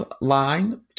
line